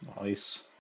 Nice